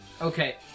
Okay